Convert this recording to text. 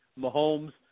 Mahomes